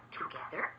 together